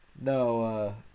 No